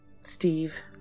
Steve